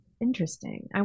interesting